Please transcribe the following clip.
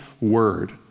word